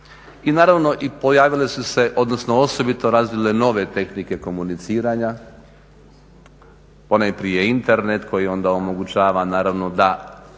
i naravno i pojavile su se, odnosno osobito razvile nove tehnike komuniciranja, ponajprije internet koji onda omogućava naravno da